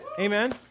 Amen